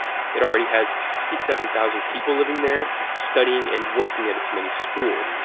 it already has sixty seven thousand people living there studying and working at its many schools,